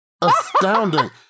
astounding